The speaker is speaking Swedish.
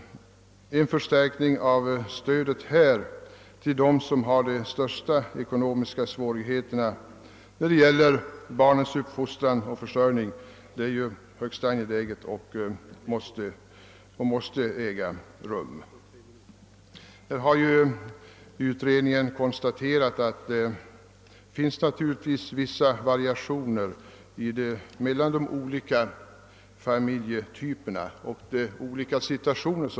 En förstärkning av stödet till dem, som har de största ekonomiska svårigheterna när det gäller barnens uppfostran och försörjning, är högst angelägen och måste komma till stånd. Utredningen har konstaterat, att det naturligtvis finns vissa variationer mellan de olika familjetypernas situation.